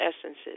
essences